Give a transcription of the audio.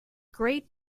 great